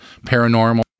paranormal